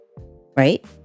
right